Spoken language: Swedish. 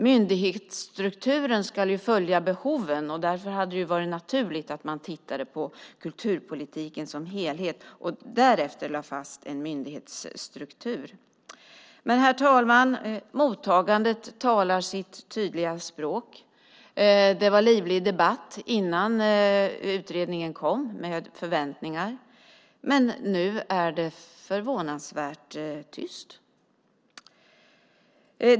Myndighetsstrukturen ska ju följa behoven, och därför hade det varit naturligt att man tittade på kulturpolitiken som helhet och därefter lade fast en myndighetsstruktur. Herr talman! Mottagandet talar sitt tydliga språk. Det var en livlig debatt och höga förväntningar innan utredningen kom, men nu är det förvånansvärt tyst.